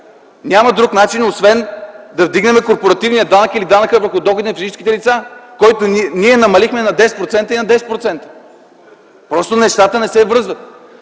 няма друг начин освен да вдигнем корпоративния данък или данъка върху доходите на физическите лица, който ние намалихме на 10%? Просто нещата не се връзват.